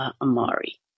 Amari